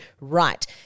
right